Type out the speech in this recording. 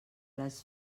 les